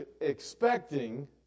expecting